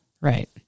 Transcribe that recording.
Right